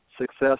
success